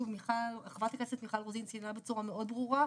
שוב חברת הכנסת מיכל רוזין ציינה בצורה ברורה מאוד,